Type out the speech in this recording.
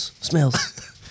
smells